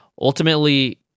ultimately